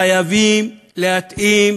חייבים להתאים